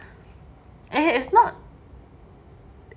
eh it's not